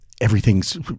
everything's